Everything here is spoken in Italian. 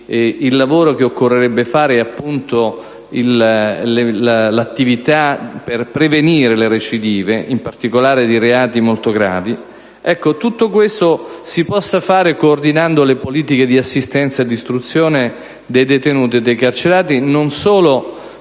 il lavoro che occorrerebbe fare è appunto l'attività per prevenire le recidive, in particolare di reati molto gravi, tutto questo si possa fare coordinando le politiche di assistenza e di istruzione dei detenuti e dei carcerati, non solo